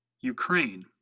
Ukraine